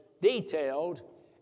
detailed